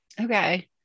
Okay